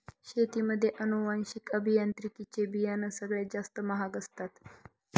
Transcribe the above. शेतीमध्ये अनुवांशिक अभियांत्रिकी चे बियाणं सगळ्यात जास्त महाग असतात